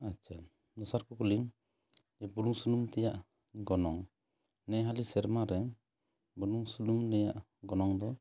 ᱟᱨ ᱪᱮᱫ ᱫᱚᱥᱟᱨ ᱠᱩᱠᱞᱤ ᱵᱩᱞᱩᱝ ᱥᱩᱱᱩᱢ ᱛᱮᱭᱟᱜ ᱜᱚᱱᱚᱝ ᱱᱮ ᱦᱟᱹᱞᱤ ᱥᱮᱨᱢᱟ ᱨᱮ ᱵᱩᱞᱩᱝ ᱥᱩᱱᱩᱢ ᱨᱮᱭᱟᱜ ᱜᱚᱱᱚᱝ ᱫᱚ